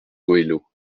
goëlo